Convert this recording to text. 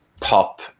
pop